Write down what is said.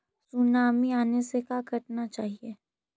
Tsunami आने से का करना चाहिए?